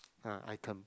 a item